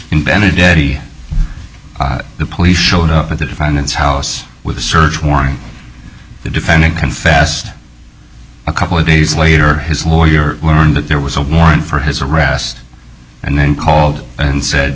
benedetti the police showed up at the defendant's house with a search warrant the defendant confessed a couple of days later his lawyer learned that there was a warrant for his arrest and then called and said